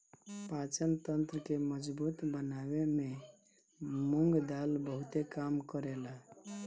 पाचन तंत्र के मजबूत बनावे में मुंग दाल बहुते काम करेला